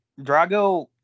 Drago